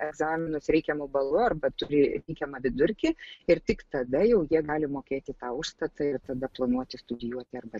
egzaminus reikiamu balu arba turi reikiamą vidurkį ir tik tada jau jie gali mokėti tą užstatą ir tada planuoti studijuoti arba